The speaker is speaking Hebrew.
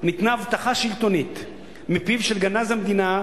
ניתנה הבטחה שלטונית מפיו של גנז המדינה,